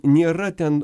nėra ten